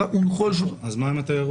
אז מה עם התיירות?